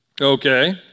Okay